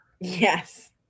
Yes